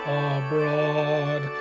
abroad